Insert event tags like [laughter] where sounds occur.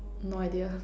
no idea [laughs]